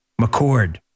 McCord